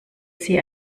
sie